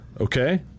Okay